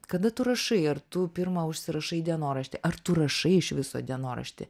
kada tu rašai ar tu pirma užsirašai į dienoraštį ar tu rašai iš viso dienoraštį